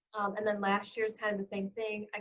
and then last year's kind of the same thing.